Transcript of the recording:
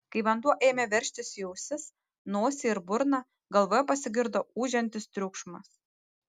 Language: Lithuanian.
kai vanduo ėmė veržtis į ausis nosį ir burną galvoje pasigirdo ūžiantis triukšmas